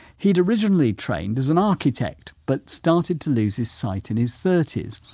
he'd originally trained as an architect but started to lose his sight in his thirty s.